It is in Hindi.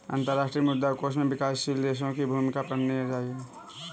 अंतर्राष्ट्रीय मुद्रा कोष में विकासशील देशों की भूमिका पढ़नी चाहिए